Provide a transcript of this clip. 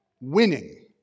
Winning